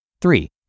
Three